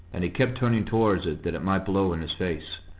and he kept turning towards it that it might blow in his face.